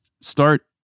start